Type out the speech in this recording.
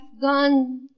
gone